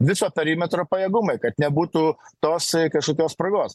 viso perimetro pajėgumai kad nebūtų tos kažkokios spragos